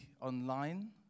online